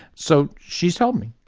so she told me,